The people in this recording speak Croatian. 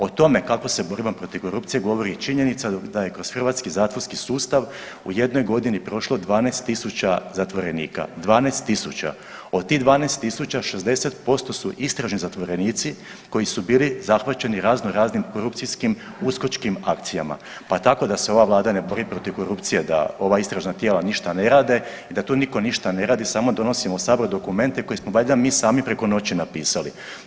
O tome kako se borimo protiv korupcije govori i činjenica da je kroz Hrvatski zatvorski sustav u jednoj godini prošlo 12.000 zatvorenika, 12.000, od tih 12.000 60% su istražni zatvorenici koji su bili zahvaćeni razno raznim korupcijskim uskočkim akcijama, pa tako da se ova vlada ne bori protiv korupcije da ova istražna tijela ništa ne rade i da tu nitko ništa ne radi samo donosimo u sabor dokumente koje smo valjda mi sami preko noći napisali.